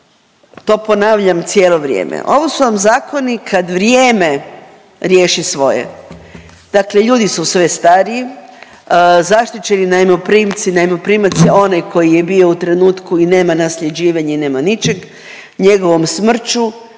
to ponavljam cijelo vrijeme. Ovo su vam zakoni kad vrijeme riješi svoje. Dakle ljudi si sve stariji, zaštićeni najmoprimci, najmoprimac je onaj koji je bio u trenutku i nema nasljeđivanje i nema ničeg, njegovom smrću